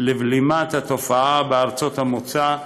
לבלימת התופעה בארצות המוצא,